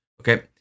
Okay